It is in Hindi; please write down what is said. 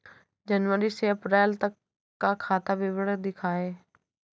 जनवरी से अप्रैल तक का खाता विवरण दिखाए?